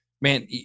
man